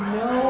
no